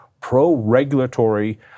pro-regulatory